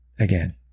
Again